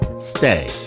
stay